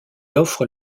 offre